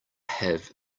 have